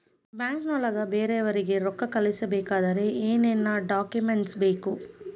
ಬ್ಯಾಂಕ್ನೊಳಗ ಬೇರೆಯವರಿಗೆ ರೊಕ್ಕ ಕಳಿಸಬೇಕಾದರೆ ಏನೇನ್ ಡಾಕುಮೆಂಟ್ಸ್ ಬೇಕು?